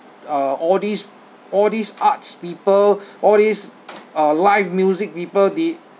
uh all these all these arts people all these uh live music people they